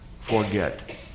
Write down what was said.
forget